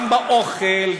גם באוכל,